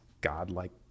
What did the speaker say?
godlike